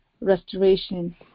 restoration